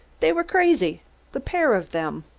they were crazy the pair of them!